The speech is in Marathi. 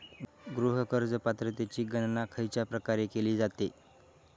गृह कर्ज पात्रतेची गणना खयच्या प्रकारे केली जाते?